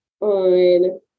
on